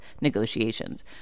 negotiations